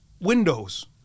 windows